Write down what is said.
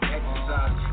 exercise